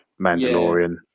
Mandalorian